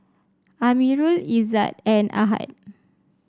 Amirul Izzat and Ahad